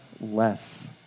less